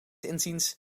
inziens